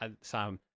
Sam